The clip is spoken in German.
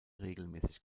regelmäßig